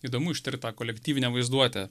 įdomu ištirt tą kolektyvinę vaizduotę